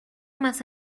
más